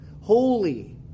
Holy